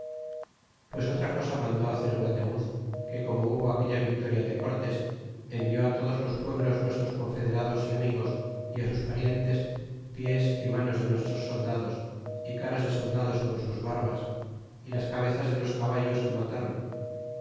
pues otra cosa mandó hacer guatemuz que como hubo aquella vitoria de cortés envió todos los pueblos nuestros confederados y amigos y sus parientes pies y manos de nuestros soldados y caras de soldados con sus barbas y las cabezas de los caballos que matron